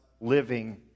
living